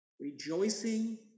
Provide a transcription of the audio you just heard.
rejoicing